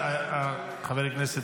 תודה רבה.